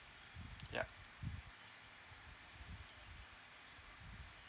yup